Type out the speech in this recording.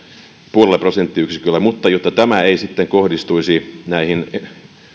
viidellä prosenttiyksiköllä mutta jotta tämä ei sitten kohdistuisi näihin